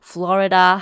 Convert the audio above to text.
Florida